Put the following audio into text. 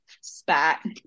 spat